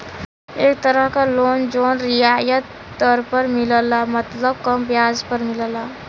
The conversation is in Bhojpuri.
एक तरह क लोन जौन रियायत दर पर मिलला मतलब कम ब्याज पर मिलला